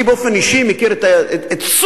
אני באופן אישי מכיר את סוג